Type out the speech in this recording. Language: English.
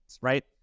right